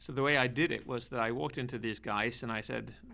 so the way i did it was that i walked into these guys and i said,